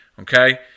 Okay